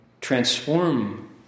transform